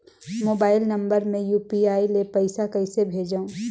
Mobile number मे UPI ले पइसा कइसे भेजवं?